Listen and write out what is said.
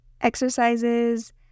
exercises